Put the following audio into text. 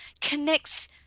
connects